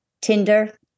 Tinder